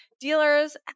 dealers